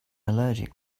allergic